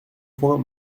point